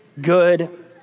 good